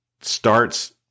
starts